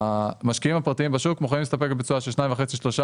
המשקיעים הפרטיים בשוק מוכנים להסתפק בתשואה של 2.5%-3%.